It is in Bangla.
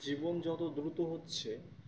জীবন যত দ্রুত হচ্ছে